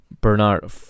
Bernard